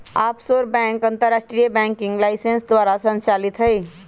offshore bank अंतरराष्ट्रीय banking licence द्वारा संचालित हइ